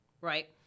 Right